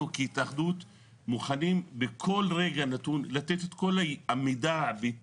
אנחנו כהתאחדות מוכנים בכל רגע נתון לתת את כל המידע ואת